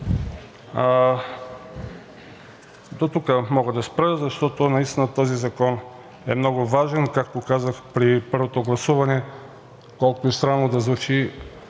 Дотук мога да спра, защото наистина този закон е много важен. Както казах при първото гласуване, колкото и странно да звучи,